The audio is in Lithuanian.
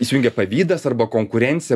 įsijungia pavydas arba konkurencija